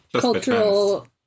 cultural